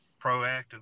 proactive